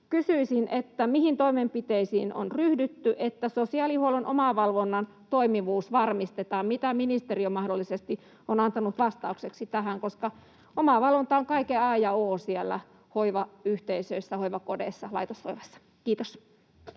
Kysyisin: Mihin toimenpiteisiin on ryhdytty, että sosiaalihuollon omavalvonnan toimivuus varmistetaan? Mitä ministeriö mahdollisesti on antanut vastaukseksi tähän? Omavalvonta on kaiken a ja o siellä hoivayhteisöissä, hoivakodeissa, laitoshoivassa. — Kiitos.